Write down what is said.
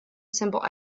simple